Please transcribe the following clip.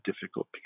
difficult